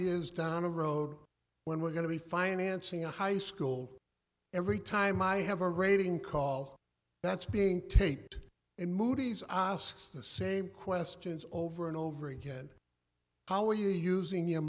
years down the road when we're going to be financing a high school every time i have a rating call that's being tate in moody's i asks the same questions over and over again how are you using your